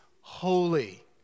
holy